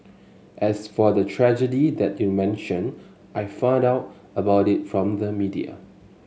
as for the tragedy that you mentioned I found out about it from the media